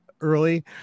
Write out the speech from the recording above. early